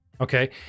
okay